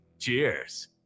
Cheers